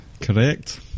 Correct